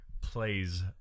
plays